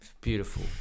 beautiful